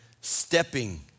stepping